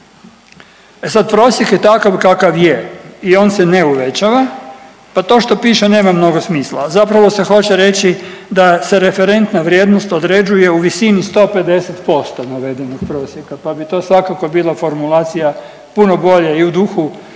E sad prosjek je takav kakav je i on se ne uvećava, pa to što piše nema mnogo smisla. Zapravo se hoće reći da se referentna vrijednost određuje u visini 150% navedenog prosjeka pa bi to svakako bila formulacija puno bolja i u duhu